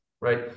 right